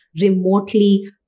remotely